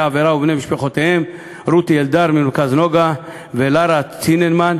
העבירה ובני משפחותיהם: רותי אלדר מ"מרכז נגה" ולרה צינמן,